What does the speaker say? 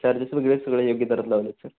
charges वगैरे सगळे योग्य दरात लावले आहेत सर